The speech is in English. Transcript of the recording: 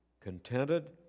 Contented